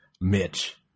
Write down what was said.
Mitch